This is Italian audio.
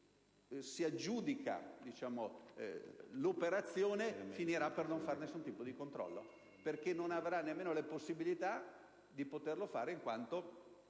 chi si aggiudica l'operazione finirà per non espletare nessun tipo di controllo perché non avrà nemmeno le possibilità di farlo in quanto